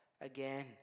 again